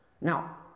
Now